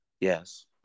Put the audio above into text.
Yes